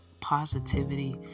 positivity